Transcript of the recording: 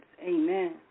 Amen